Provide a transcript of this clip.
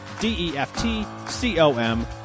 D-E-F-T-C-O-M